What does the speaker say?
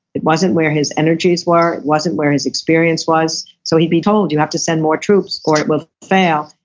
it wasn't where his energies were, it wasn't where his experience was, so he'd be told you have to send more troops or it will fail.